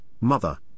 mother